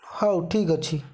ହଉ ଠିକ୍ ଅଛି